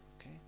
okay